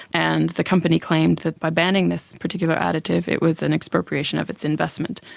and the company claimed that by banning this particular additive, it was an expropriation of its investment.